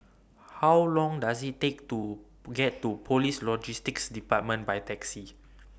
How Long Does IT Take to get to Police Logistics department By Taxi